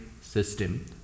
system